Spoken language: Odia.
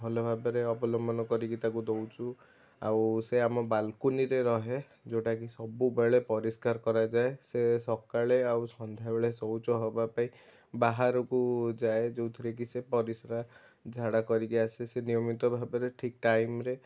ଭଲ ଭାବରେ ଅବଲମ୍ବନ କରିକି ତାକୁ ଦେଉଛୁ ଆଉ ସେ ଆମ ବାଲକୋନୀରେ ରହେ ଯେଉଁଟା କି ସବୁବେଳେ ପରିସ୍କାର କରାଯାଏ ସେ ସକାଳେ ଆଉ ସନ୍ଧ୍ୟାବେଳେ ଶୌଚ ହେବା ପାଇଁ ବାହାରକୁ ଯାଏ ଯେଉଁଥିରେ କି ସେ ପରିସ୍ରା ଝାଡ଼ା କରିକି ଆସେ ସେ ନିୟମିତ ଭାବରେ ଠିକ ଟାଇମରେ